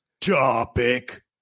topic